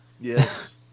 Yes